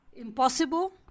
Impossible